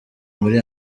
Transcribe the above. muri